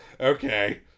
okay